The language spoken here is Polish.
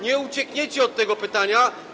Nie uciekniecie od tego pytania.